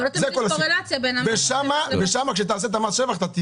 אבל לא תמיד יש קורלציה בין מס שבח למס רכישה.